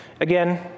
Again